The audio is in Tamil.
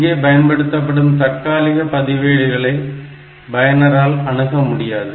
இங்கே பயன்படுத்தப்படும் தற்காலிக பதிவேடுகளை பயனரால் அணுகமுடியாது